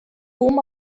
whom